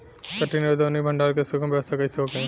कटनी और दौनी और भंडारण के सुगम व्यवस्था कईसे होखे?